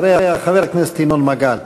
אחריה, חבר הכנסת ינון מגל.